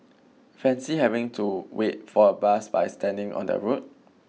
Fancy having to wait for a bus by standing on the road